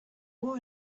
war